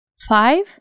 five